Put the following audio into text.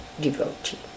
devotee